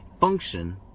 function